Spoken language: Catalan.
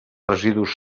residus